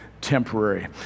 temporary